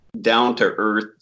down-to-earth